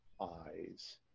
eyes